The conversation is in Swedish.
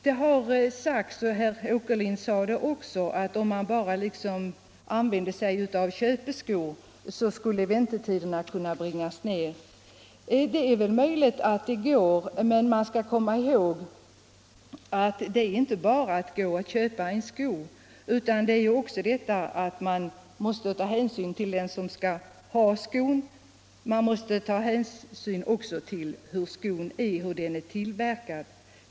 Det har sagts — och även herr Åkerlind sade det — att om man bara använder ”köpskor” skulle väntetiderna kunna nedbringas. Det är möjligt att det går, men vi skall komma ihåg att det inte bara är att gå och köpa en sko. Man måste ta hänsyn till den som skall ha skon, och man måste ta hänsyn till hur skon är tillverkad.